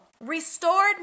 restored